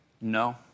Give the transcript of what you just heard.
No